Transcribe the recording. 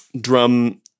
drum